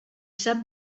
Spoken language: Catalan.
sap